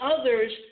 others